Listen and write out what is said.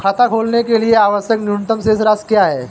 खाता खोलने के लिए आवश्यक न्यूनतम शेष राशि क्या है?